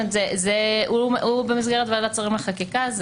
במסגרת ועדת שרים לחקיקה,